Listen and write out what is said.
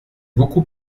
beaucoup